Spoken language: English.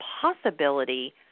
possibility